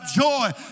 joy